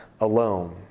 alone